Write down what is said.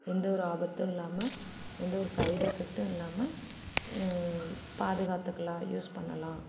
எந்த ஒரு ஆபத்தும் இல்லாமல் எந்த ஒரு ஸைட்எஃபக்டும் இல்லாமல் பாதுகாத்துக்கலாம் யூஸ் பண்ணலாம்